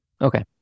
Okay